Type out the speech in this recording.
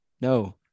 no